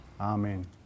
Amen